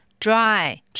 Dry